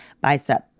bicep